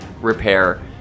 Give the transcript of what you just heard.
repair